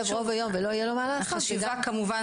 היום ולא יהיה לו מה לעשות --- החשיבה כמובן